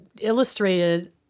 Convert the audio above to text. illustrated